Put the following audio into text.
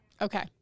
Okay